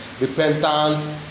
Repentance